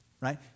right